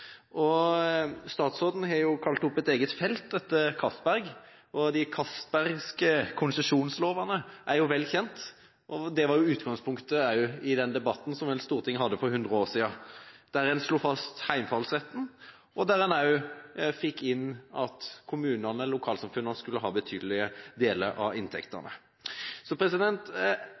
vannkraft. Statsråden har jo kalt opp et eget felt etter Castberg, og de castbergske konsesjonslovene er jo vel kjent. Dette var jo også utgangspunktet i den debatten som vel Stortinget hadde for 100 år siden, der en slo fast heimfallsretten og der en også fikk inn at kommunene og lokalsamfunnene skulle ha betydelige deler av inntektene. Så